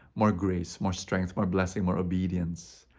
more grace, more strength, more blessing, more obedience.